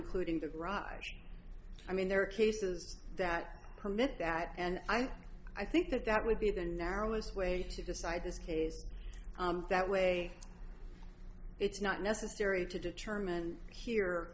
including the garage i mean there are cases that permit that and i think that that would be the narrowest way to decide this case that way it's not necessary to determine here